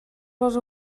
les